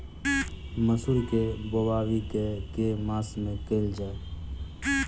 मसूर केँ बोवाई केँ के मास मे कैल जाए?